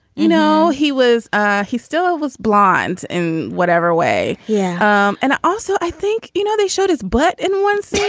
you know, he was ah he still was blonde in whatever way yeah um and also, i think, you know, they showed his butt in one scene.